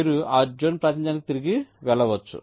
మీరు ఆ జోన్ ప్రాతినిధ్యానికి తిరిగి వెళ్ళవచ్చు